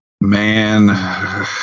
Man